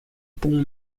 bon